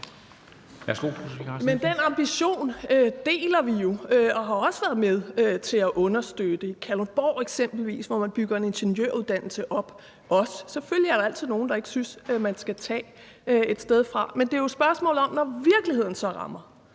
Men den ambition deler vi jo, og vi har også været med til at understøtte den. Der er eksempelvis Kalundborg, hvor man bygger en ingeniøruddannelse op. Selvfølgelig er der altid nogle, der ikke synes, at man skal tage noget fra et sted. Men det er jo et spørgsmål om, hvad man vil gøre, når virkeligheden så rammer.